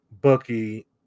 Bucky